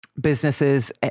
businesses